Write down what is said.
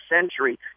century